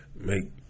Make